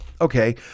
Okay